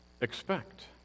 expect